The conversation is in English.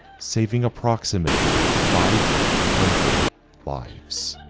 saving approximately five hundred lives.